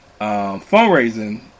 fundraising